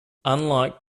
unlike